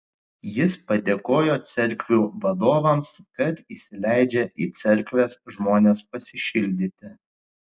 jis padėkojo cerkvių vadovams kad įsileidžia į cerkves žmones pasišildyti